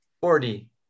forty